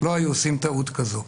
לא היו עושים טעות כזאת.